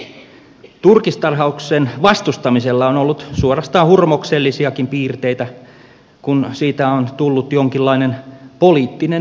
silti turkistarhauksen vastustamisella on ollut suorastaan hurmoksellisiakin piirteitä kun siitä on tullut jonkinlainen poliittinen muotivillitys